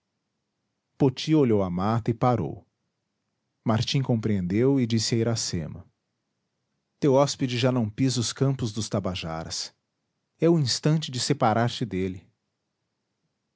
poti olhou a mata e parou martim compreendeu e disse a iracema teu hóspede já não pisa os campos dos tabajaras é o instante de separar te dele